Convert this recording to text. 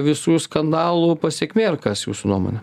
visų skandalų pasekmė ar kas jūsų nuomone